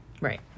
Right